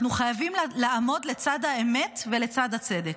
אנחנו חייבים לעמוד לצד האמת ולצד הצדק.